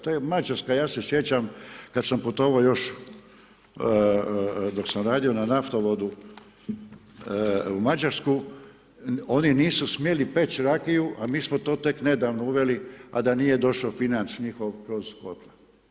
To je Mađarska, ja se sjećam kad sam putovao još dok sam radio na naftovodu u Mađarsku, oni nisu smjeli peći rakiju, a mi smo to tek nedavno uveli, a da nije došao financ njihov kroz kotla.